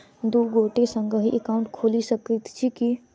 दु गोटे संगहि एकाउन्ट खोलि सकैत छथि की?